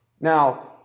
Now